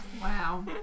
Wow